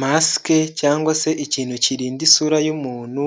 Masike cyangwa se ikintu kirinda isura y'umuntu,